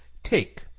take,